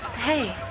Hey